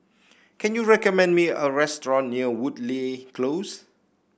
can you recommend me a restaurant near Woodleigh Close